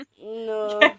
No